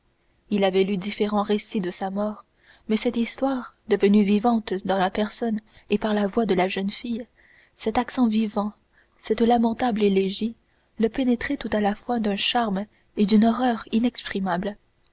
il avait lu différents récits de sa mort mais cette histoire devenue vivante dans la personne et par la voix de la jeune fille cet accent vivant et cette lamentable élégie le pénétraient tout à la fois d'un charme et d'une horreur